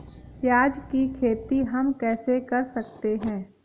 प्याज की खेती हम कैसे कर सकते हैं?